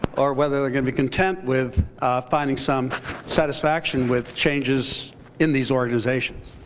or whether they're going to be content with finding some satisfaction with changes in these organizations.